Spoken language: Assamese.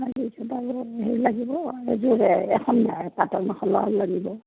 হেৰি লাগিব এযোৰ এখন পাটৰ মেখেলাও লাগিব